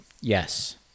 Yes